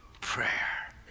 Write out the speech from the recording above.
prayer